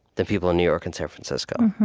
than people in new york and san francisco.